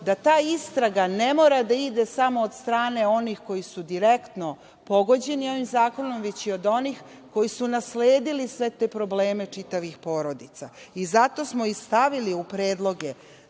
da ta istraga ne mora da ide samo od strane onih koji su direktno pogođeni ovim zakonom, već i od onih koji su nasledili sve te probleme čitavih porodica. Zato smo i stavili u predloge,